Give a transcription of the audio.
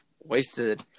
Wasted